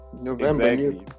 November